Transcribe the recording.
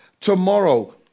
Tomorrow